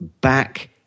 back